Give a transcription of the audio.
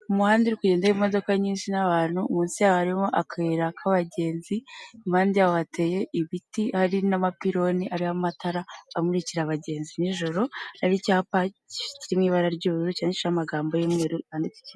Umuhanda uri kugenda imodoka nyinshi n'abantu munsi harimo akayira k'abagenzi, impande hateye ibiti ari n'amapironi ari amatara amurikira abagenzi nijoro hari icyapa kiri mu ibara ry'ubururu cyandikijijeho amagambo y'umweru.